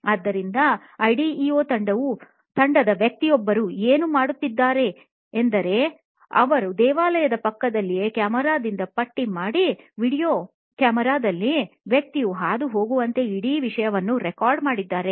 ಆದ್ದರಿಂದ ಐಡಿಇಯೊ ತಂಡದ ವ್ಯಕ್ತಿಯೊಬ್ಬರು ಏನು ಮಾಡಿದ್ದಾರೆಂದರೆ ಅವರ ದೇವಾಲಯದ ಪಕ್ಕದಲ್ಲಿಯೇ ಕ್ಯಾಮೆರಾ ದಿಂದ ಪಟ್ಟಿ ಮಾಡಿ ವೀಡಿಯೊ ಕ್ಯಾಮೆರಾದಲ್ಲಿ ವ್ಯಕ್ತಿಯು ಹಾದುಹೋಗುವಂತೆಯೇ ಇಡೀ ವಿಷಯವನ್ನು ರೆಕಾರ್ಡ್ ಮಾಡಿದ್ದಾರೆ